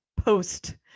post